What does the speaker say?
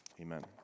amen